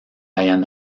hallan